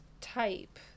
type